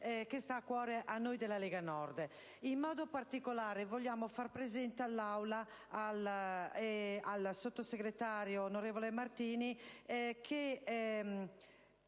che sta a cuore a noi della Lega Nord. In modo particolare, vogliamo far presente all'Assemblea e al sottosegretario onorevole Martini che